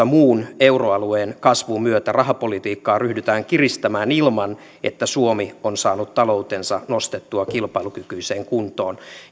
muun euroalueen kasvun myötä rahapolitiikkaa ryhdytään kiristämään ilman että suomi on saanut taloutensa nostettua kilpailukykyiseen kuntoon